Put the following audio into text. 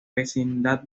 vecindad